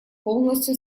полностью